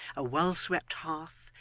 a well swept hearth,